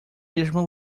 mesma